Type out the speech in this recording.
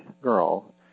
girl